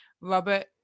Robert